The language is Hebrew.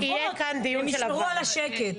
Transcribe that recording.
והם ישמרו על השקט.